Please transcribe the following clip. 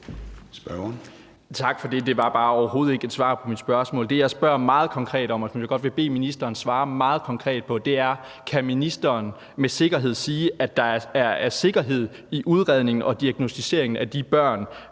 Tak for det. Det var bare overhovedet ikke et svar på mit spørgsmål. Det, jeg spørger meget konkret om, og som jeg godt vil bede ministeren om at svare meget konkret på, er, om ministeren med sikkerhed kan sige, at der er sikkerhed i udredning og diagnosticering af de børn,